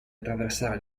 attraversare